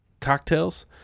cocktails